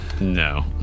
no